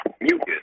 mucus